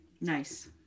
Nice